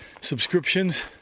subscriptions